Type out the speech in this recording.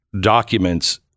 documents